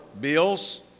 bills